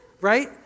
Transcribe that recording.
right